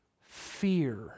fear